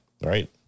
Right